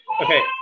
Okay